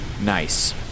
Nice